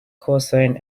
cosine